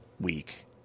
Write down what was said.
week